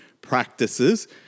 practices